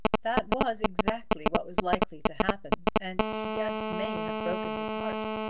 that was exactly what was likely to happen, and he yet may have broken his heart.